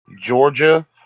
Georgia